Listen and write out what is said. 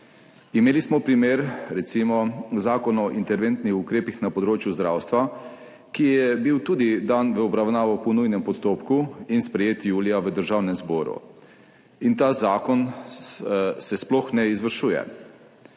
Imeli smo primer Zakona o interventnih ukrepih na področju zdravstva, ki je bil tudi dan v obravnavo po nujnem postopku in sprejet julija v Državnem zboru. In ta zakon se sploh ne izvršuje.